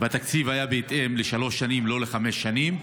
והתקציב היה בהתאם לשלוש שנים, לא לחמש שנים.